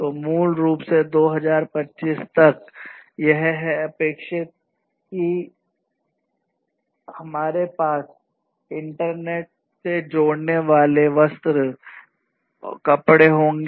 तो मूल रूप से 2025 तक यह है अपेक्षित है कि हमारे पास इंटरनेट से जोड़ने वाले वस्त्र मैं कपड़े होंगे